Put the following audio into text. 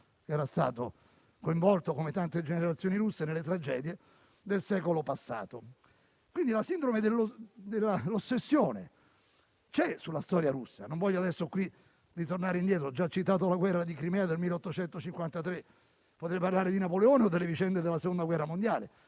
era stato coinvolto, come tante generazioni russe, nelle tragedie del secolo passato. Quindi, l'ossessione c'è sulla storia russa. Adesso non voglio ritornare indietro: ho già citato la guerra di Crimea nel 1853 e potrei parlare di Napoleone o delle vicende della Seconda guerra mondiale,